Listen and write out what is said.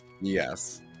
Yes